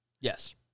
Yes